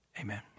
amen